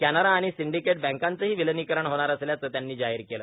कॅनरा आणि सिंडिकेट बँकांचंडी विलिनीकरण होणार असल्यावं त्यांनी जाहीर केलं